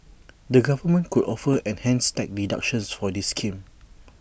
the government could offer enhanced tax deductions for this scheme